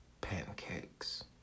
pancakes